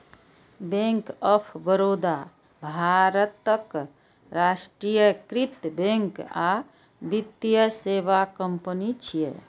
bank of Baroda भारतक राष्ट्रीयकृत bank आ वित्तीय सेवा कंपनी छियै